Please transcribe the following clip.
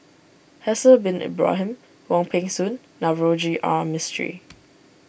Haslir Bin Ibrahim Wong Peng Soon Navroji R Mistri